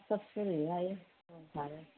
फाथलासो जायो आरो रं खारो